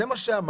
זה מה שאמרתי.